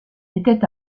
était